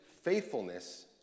faithfulness